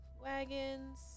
wagons